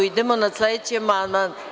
Idemo na sledeći amandman.